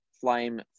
flame